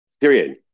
Period